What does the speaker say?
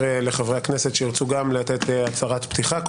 לחברי הכנסת שירצו גם לתת הצהרת פתיחה,